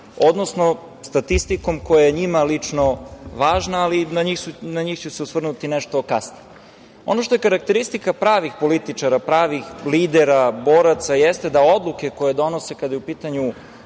odnosno statistikom koja je njima lično važna ali na njih ću se osvrnuti nešto kasnije. Ono što je karakteristika pravih političara, pravih lidera, boraca jeste da odluke koje donose kada je u pitanju